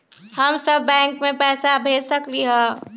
हम सब बैंक में पैसा भेज सकली ह?